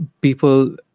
people